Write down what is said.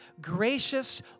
gracious